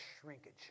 shrinkage